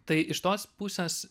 tai iš tos pusės